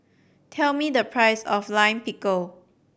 tell me the price of Lime Pickle